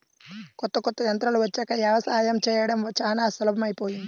కొత్త కొత్త యంత్రాలు వచ్చాక యవసాయం చేయడం చానా సులభమైపొయ్యింది